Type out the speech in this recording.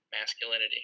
masculinity